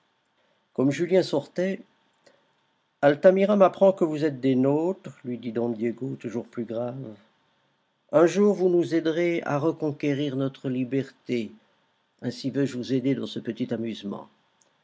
comme julien sortait altamira m'apprend que vous êtes des nôtres lui dit don diego toujours plus grave un jour vous nous aiderez à reconquérir notre liberté ainsi veux-je vous aider dans ce petit amusement